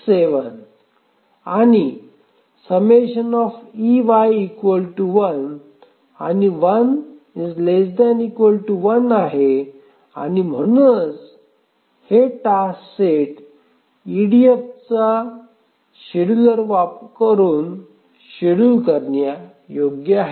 67 आणि ∑e y1 आणि 1 ≤ 1 आहे आणि म्हणूनच हे टास्क सेट ईडीएफ शेड्यूलरचा वापर करून शेड्यूल करण्यायोग्य आहे